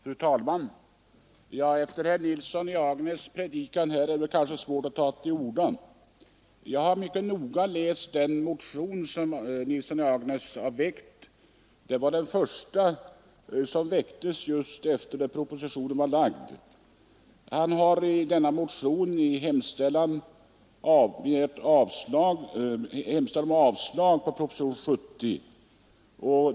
Fru talman! Efter herr Nilssons i Agnäs predikan är det svårt att ta till orda. Jag har mycket noga läst den motion som herr Nilsson har väckt. Det var den första som väcktes just efter det propositionen var lagd. Han hemställer i motionen om avslag på propositionen 70.